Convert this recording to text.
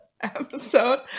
episode